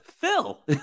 phil